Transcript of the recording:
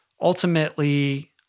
ultimately